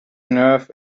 nerve